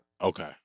Okay